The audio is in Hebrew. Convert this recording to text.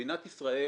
במדינת ישראל